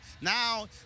Now